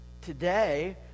today